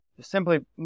Simply